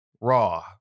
Raw